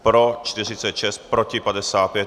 Pro 46. Proti 55.